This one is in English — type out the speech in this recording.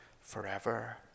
forever